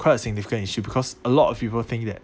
quite a significant issue because a lot of people think that